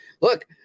look